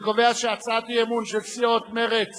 אני קובע שהצעת האי-אמון של סיעות מרצ